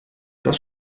das